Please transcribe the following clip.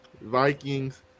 Vikings